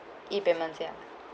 E_payments ya ya